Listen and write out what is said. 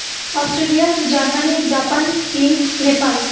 Australia Germany Japan chin Nepal